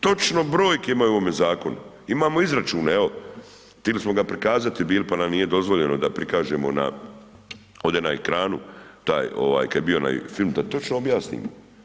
Točno brojke imaju u ovome zakonu, imamo izračune, evo tili smo ga prikazati bili pa nam nije dozvoljeno da prikažemo na, ovde na ekranu taj ovaj kad je bio onaj film, da točno objasnimo.